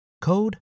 code